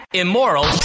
immoral